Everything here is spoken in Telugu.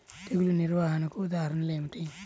తెగులు నిర్వహణకు ఉదాహరణలు ఏమిటి?